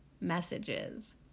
messages